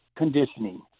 Conditioning